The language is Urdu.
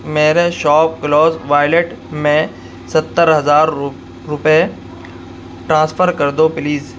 میرے شاپ کلوز والیٹ میں ستّر ہزار روپے ٹرانسفر کر دو پلیز